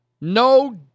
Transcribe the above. No